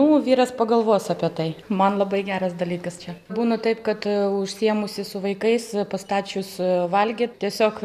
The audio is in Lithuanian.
nu vyras pagalvos apie tai man labai geras dalykas čia būna taip kad užsiėmusi su vaikais pastačius valgyt tiesiog